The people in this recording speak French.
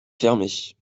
fermée